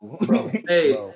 Hey